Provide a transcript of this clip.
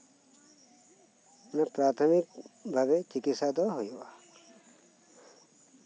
ᱢᱟᱱᱮ ᱯᱨᱟᱛᱷᱚᱢᱤᱠ ᱵᱷᱟᱵᱮ ᱪᱤᱠᱤᱛᱥᱟ ᱫᱚ ᱦᱳᱭᱳᱜᱼᱟ